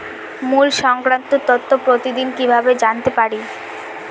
মুল্য সংক্রান্ত তথ্য প্রতিদিন কিভাবে জানতে পারি?